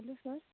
hello sir